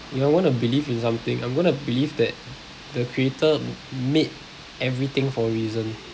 if I'm gonna believe in something I'm gonna believe that the creator made everything for a reason